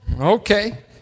okay